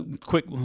quick